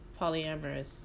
polyamorous